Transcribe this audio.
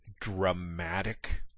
dramatic